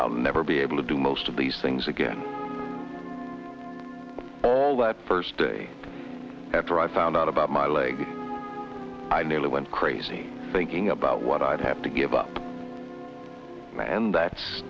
i'll never be able to do most of these things again all that first day after i found out about my leg i nearly went crazy thinking about what i'd have to give up and that's